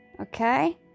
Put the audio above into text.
okay